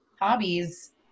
hobbies